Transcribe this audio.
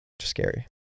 scary